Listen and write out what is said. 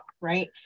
Right